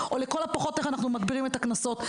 או לכל הפחות איך אנחנו מגבירים את הקנסות.